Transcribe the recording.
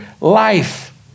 life